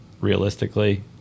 realistically